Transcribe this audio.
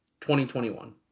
2021